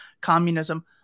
Communism